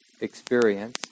experience